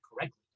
correctly